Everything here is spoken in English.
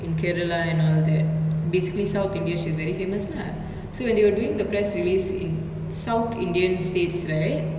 in kerala and all that basically south india she's very famous lah so when they were doing the press release in south indian states right